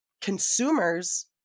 consumers